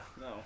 no